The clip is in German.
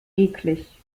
eklig